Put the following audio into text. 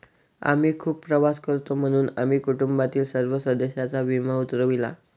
आम्ही खूप प्रवास करतो म्हणून आम्ही कुटुंबातील सर्व सदस्यांचा विमा उतरविला